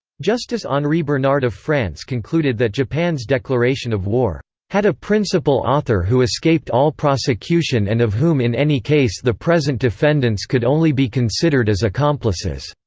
justice henri bernard of france concluded that japan's declaration of war had a principal author who escaped all prosecution and of whom in any case the present defendants could only be considered as accomplices.